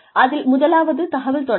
அதில் முதலாவது தகவல்தொடர்பு